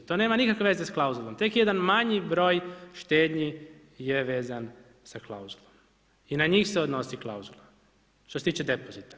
To nema nikakve veze s klauzulom, tek jedan manji broj štednji je vezan sa klauzulom i na njih se odnosi klauzula što se tiče depozita.